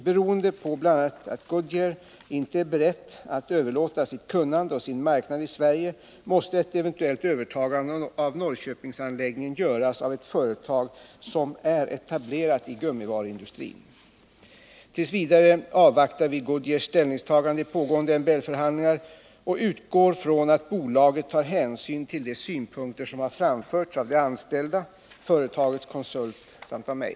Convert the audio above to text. Beroende på bl.a. att Goodyear inte är berett att överlåta sitt kunnande och sin marknad i Sverige måste ett eventuellt övertagande av Norrköpingsanläggningen göras av ett företag som är etablerat i gummivaruindustrin. T. v. avvaktar vi Goodyears s ällningstagande i pågående MBL-förhandlingar och utgår från att bolaget tar hänsyn till de synpunkter som har framförts av de anställda, av företagets konsult samt av mig.